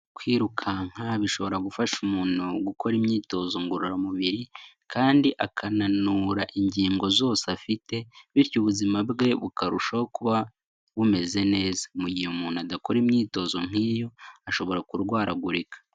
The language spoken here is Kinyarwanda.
Kwirukanka bishobora gufasha umuntu gukora imyitozo ngororamubiri kandi akananura ingingo zose afite bityo ubuzima bwe bukarushaho kuba bumeze neza. Mu gihe umuntu adakora imyitozo nk'iyo, ashobora kurwaragurika.